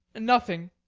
nothing.